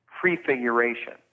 prefiguration